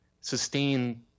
sustain